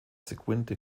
seguinte